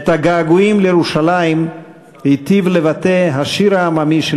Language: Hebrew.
את הגעגועים לירושלים הטיב לבטא השיר העממי של